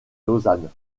lausanne